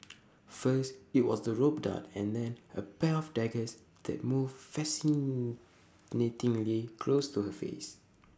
first IT was the rope dart and then A pair of daggers that moved fascinatingly close to her face